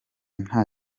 nta